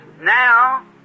Now